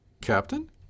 Captain